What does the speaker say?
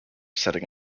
setting